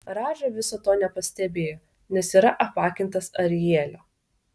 radža viso to nepastebėjo nes yra apakintas arielio